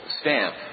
stamp